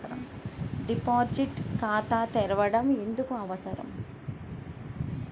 Deposit ఖాతా తెరవడం ఎందుకు అవసరం?